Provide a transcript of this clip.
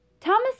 Thomas